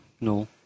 No